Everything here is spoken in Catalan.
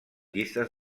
llistes